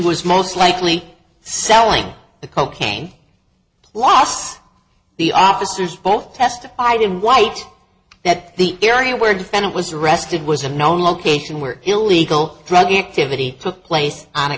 was most likely selling the cocaine the officers both testified in white that the area where defendant was arrested was a known location where illegal drug activity took place on a